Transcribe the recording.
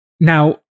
Now